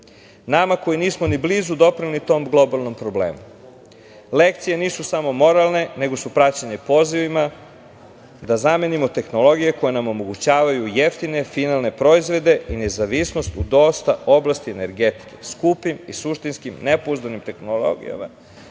nama koji nismo ni blizu doprineli tom globalnom problemu. Lekcije nisu samo moralne, negu su praćene pozivima da zamenimo tehnologije koje nam omogućavaju jeftine finalne proizvode i nezavisnost u dosta oblasti energetike skupim i suštinski nepouzdanim tehnologijama